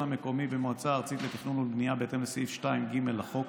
המקומי במועצה הארצית לתכנון ולבנייה בהתאם לסעיף 2(ג) לחוק.